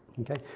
Okay